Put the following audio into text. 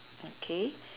okay